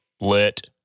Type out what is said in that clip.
Lit